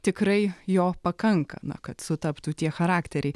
tikrai jo pakanka na kad sutaptų tie charakteriai